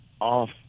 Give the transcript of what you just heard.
off